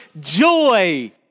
joy